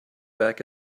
back